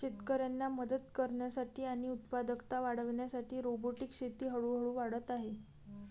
शेतकऱ्यांना मदत करण्यासाठी आणि उत्पादकता वाढविण्यासाठी रोबोटिक शेती हळूहळू वाढत आहे